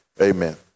Amen